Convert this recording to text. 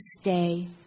stay